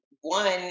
one